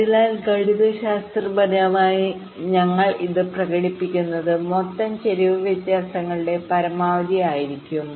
അതിനാൽ ഗണിതശാസ്ത്രപരമായി ഞങ്ങൾ ഇത് പ്രകടിപ്പിക്കുന്നത് മൊത്തം ചരിവ് വ്യത്യാസങ്ങളുടെ പരമാവധി ആയിരിക്കും